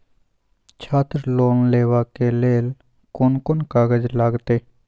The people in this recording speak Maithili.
छात्र लोन लेबाक लेल कोन कोन कागज लागतै?